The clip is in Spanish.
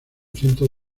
cientos